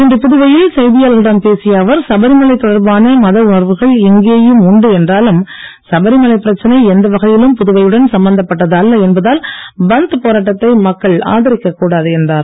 இன்று புதுவையில் செய்தியாளர்களிடம் பேசிய அவர் சபரிமலை தொடர்பான மத உணர்வுகள் இங்கேயும் உண்டு என்றாலும் சபரிமலை பிரச்சனை எந்த வகையிலும் புதுவையுடன் சம்பந்தப்பட்டது அல்ல என்பதால் பந்த் போராட்டத்தை மக்கள் ஆதரிக்க கூடாது என்றார்